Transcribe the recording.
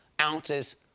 ounces